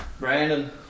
Brandon